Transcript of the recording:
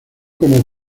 como